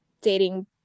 dating